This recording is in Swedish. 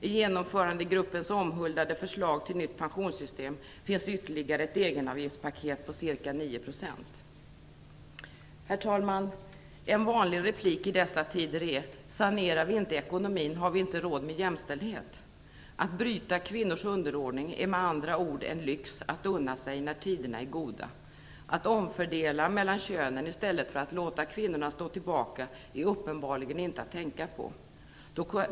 I genomförandegruppens omhuldade förslag till nytt pensionssystem finns ytterligare ett egenavgiftspaket på ca 9 %. Herr talman! En vanlig replik i dessa tider är: "Sanerar vi inte ekonomin, har vi inte råd med jämställdhet." Att bryta kvinnors underordning är med andra ord en lyx att unna sig när tiderna är goda. Att omfördela mellan könen i stället för att låta kvinnorna stå tillbaka är uppenbarligen inte att tänka på.